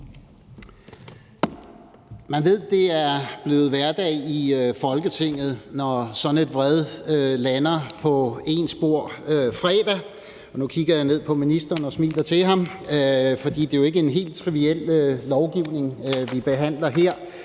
Man ved, det er blevet hverdag i Folketinget, når sådan et vred lander på ens bord fredag – og nu kigger jeg ned på ministeren og smiler til ham – for det er jo ikke en helt triviel lovgivning, vi behandler her.